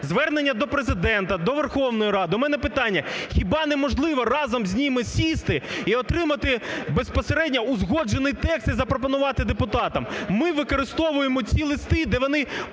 звернення до Президента, до Верховної Ради, у мене питання: хіба неможливо разом з ними сісти – і отримати безпосередньо узгоджений текст і запропонувати депутатам? Ми використовуємо ці листи, де вони